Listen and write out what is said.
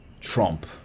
Trump